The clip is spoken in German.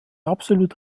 absolut